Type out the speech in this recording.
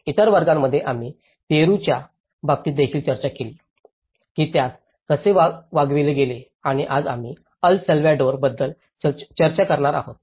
इतर वर्गांमध्ये आम्ही पेरूच्या बाबतीत देखील चर्चा केली आहे की त्यास कसे वागवले गेले आणि आज आम्ही अल साल्वाडोरबद्दल चर्चा करणार आहोत